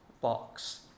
box